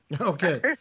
Okay